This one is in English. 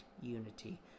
unity